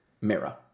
mirror